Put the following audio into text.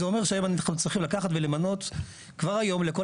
זה אומר שאנחנו צריכים לקחת ולמנות כבר היום לכל